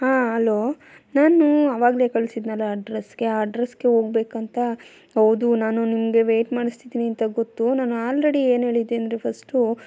ಹಾಂ ಅಲೋ ನಾನು ಆವಾಗಲೇ ಕಳಿಸಿದ್ನಲ್ಲ ಅಡ್ರೆಸ್ಗೆ ಆ ಅಡ್ರೆಸ್ಗೆ ಹೋಗ್ಬೇಕು ಅಂತ ಹೌದು ನಾನು ನಿಮಗೆ ವೇಟ್ ಮಾಡಿಸ್ತಿದ್ದೀನಿ ಅಂತ ಗೊತ್ತು ನಾನು ಆಲ್ರೆಡಿ ಏನು ಹೇಳಿದ್ದೆ ಅಂದರೆ ಫಸ್ಟು